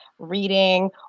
reading